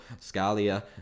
Scalia